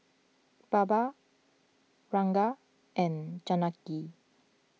Baba Ranga and Janaki